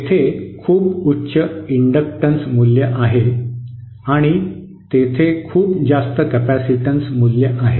तेथे खूप उच्च इंडक्टन्स मूल्य आहे आणि तेथे खूप जास्त कॅपेसिटन्स मूल्य आहे